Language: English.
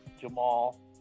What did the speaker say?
Jamal